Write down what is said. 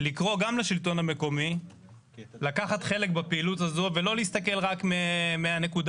לקרוא גם לשלטון המקומי לקחת חלק בפעילות הזו ולא להסתכל רק מהנקודה